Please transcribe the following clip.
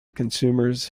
consumers